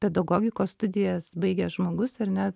pedagogikos studijas baigęs žmogus ar ne